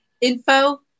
Info